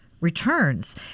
returns